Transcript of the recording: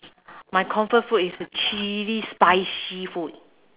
my comfort food is chilli spicy food